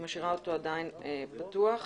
נבדוק